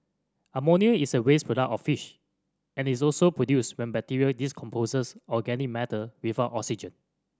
ammonia is a waste product of fish and is also produced when bacteria decomposes organic matter without oxygen